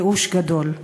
ייאוש גדול.